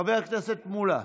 חבר הכנסת מולה,